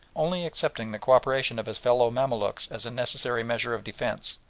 only accepting the co-operation of his fellow mamaluks as a necessary measure of defence,